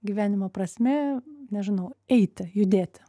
gyvenimo prasmė nežinau eiti judėti